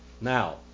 Now